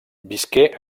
visqué